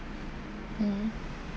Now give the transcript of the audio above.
mm